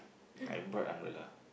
I brought umbrella